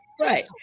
Right